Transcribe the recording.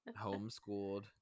Homeschooled